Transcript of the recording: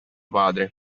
padre